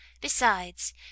Besides